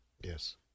Yes